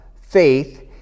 faith